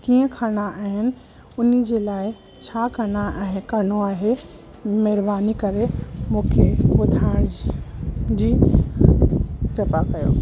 कीअं खरणा आहिनि उन जे लाइ छा खरणा ऐं करिणो आहे महिरबानी करे मूंखे ॿुधाइण जी कृप्या कयो